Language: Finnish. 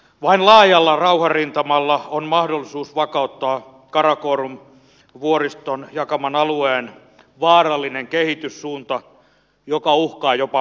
vain laajalla rauhanrintamalla on mahdollisuus vakauttaa karakorum vuoriston jakaman alueen vaarallinen kehityssuunta joka uhkaa jopa maailmanrauhaa